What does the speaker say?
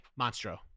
Monstro